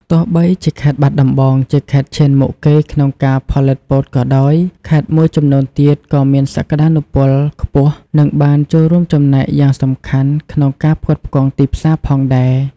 ទោះបីជាខេត្តបាត់ដំបងជាខេត្តឈានមុខគេក្នុងការផលិតពោតក៏ដោយ ខេត្តមួយចំនួនទៀតក៏មានសក្ដានុពលខ្ពស់ និងបានចូលរួមចំណែកយ៉ាងសំខាន់ក្នុងការផ្គត់ផ្គង់ទីផ្សារផងដែរ។